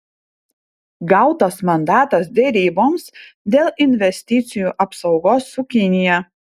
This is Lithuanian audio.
gautas mandatas deryboms dėl investicijų apsaugos su kinija